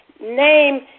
name